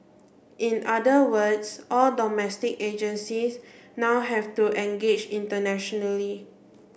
in other words all domestic agencies now have to engage internationally